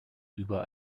über